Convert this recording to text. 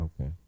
Okay